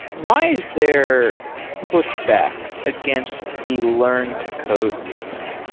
why is there pushback against the learn to code movement?